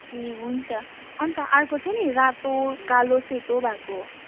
ए हुन्छ अन्त अर्को छ नि रातो कालो सेतो भाएको